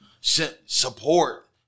support